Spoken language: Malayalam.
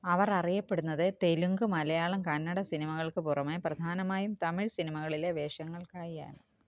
അവർ അറിയപ്പെടുന്നത് തെലുങ്ക് മലയാളം കന്നഡ സിനിമകൾക്ക് പുറമെ പ്രധാനമായും തമിഴ് സിനിമകളിലെ വേഷങ്ങൾക്കായിയാണ്